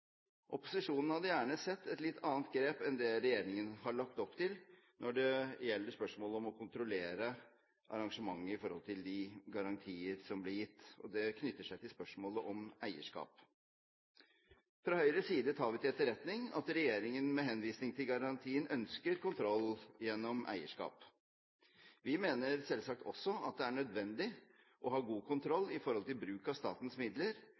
Opposisjonen hadde gjerne sett et litt annet grep enn det regjeringen har lagt opp til når det gjelder spørsmålet om å kontrollere arrangementet sett i forhold til de garantier som blir gitt. Det knytter seg til spørsmålet om eierskap. Fra Høyres side tar vi til etterretning at regjeringen med henvisning til garantien ønsker kontroll gjennom eierskap. Vi mener selvsagt også at det er nødvendig å ha god kontroll på bruken av statens midler,